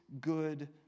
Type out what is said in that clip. good